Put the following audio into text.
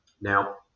Now